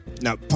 now